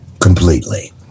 completely